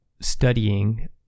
studying